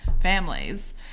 families